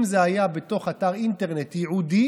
אם זה היה בתוך אתר אינטרנט ייעודי